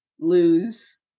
Lose